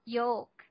yolk